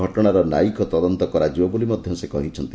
ଘଟଶାର ନ୍ୟାୟିକ ତଦନ୍ତ କରାଯିବ ବୋଲି ମଧ୍ଧ ସେ କହିଛନ୍ତି